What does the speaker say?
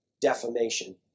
defamation